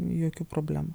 jokių problemų